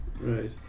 Right